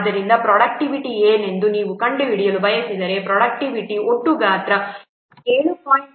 ಆದ್ದರಿಂದ ಪ್ರೊಡಕ್ಟಿವಿಟಿ ಏನೆಂದು ನೀವು ಕಂಡುಹಿಡಿಯಲು ಬಯಸಿದರೆ ಪ್ರೊಡಕ್ಟಿವಿಟಿ ಒಟ್ಟು ಗಾತ್ರ 7